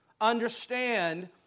understand